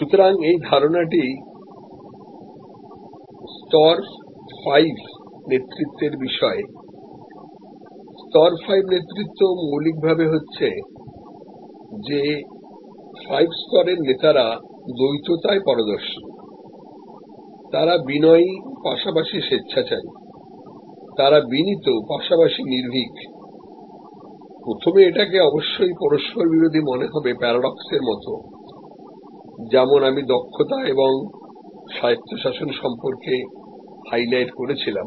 সুতরাং এই ধারণাটি স্তর 5 নেতৃত্বের বিষয়েস্তর 5 নেতৃত্ব মৌলিকভাবে হচ্ছে যে 5 স্তরের নেতারা ডুয়ালিটি পারদর্শী তারা বিনয়ী পাশাপাশি স্বেচ্ছাচারী তারা বিনীত পাশাপাশি নির্ভীক প্রথমে এটাকে অবশ্যই পরস্পরবিরোধী মনে হবে প্যারাডক্সের মত যেমন আমি দক্ষতা এবং স্বায়ত্তশাসন সম্পর্কে হাইলাইট করছিলাম